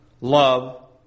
love